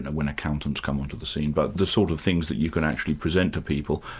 and when accountants come onto the scene but the sort of things that you can actually present to people,